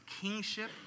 kingship